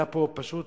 היה פה פשוט